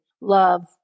love